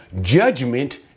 judgment